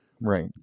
right